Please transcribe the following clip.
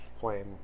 Flame